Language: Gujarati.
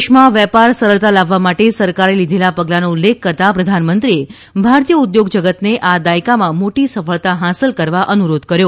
દેશમાં વેપારમાં સરળતા લાવવા માટે સરકારે લીધેલા પગલાનો ઉલ્લેખ કરતા પ્રધાનમંત્રીએ ભારતીય ઉદ્યોગ જગતને આ દાયકામાં મોટી સફળતા હાંસલ કરવા અનુરોધ કર્યો